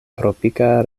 tropika